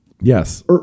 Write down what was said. Yes